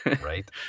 right